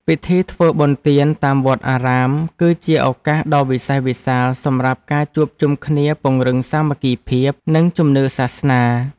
ពិធីបុណ្យទានតាមវត្តអារាម គឺជាឱកាសដ៏វិសេសវិសាលសម្រាប់ការជួបជុំគ្នាពង្រឹងសាមគ្គីភាព និងជំនឿសាសនា។